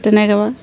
তেনেকাবা